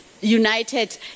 united